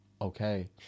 Okay